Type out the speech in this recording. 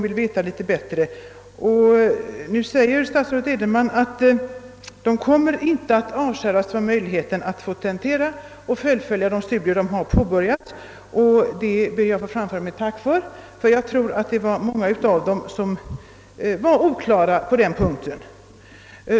Statsrådet Edenman säger nu att dessa studerande inte kommer att avskäras från möjligheten att tentera och fullfölja sina påbörjade studier. Jag ber att få framföra mitt tack härför, ty många har haft en oklar uppfattning på den punkten.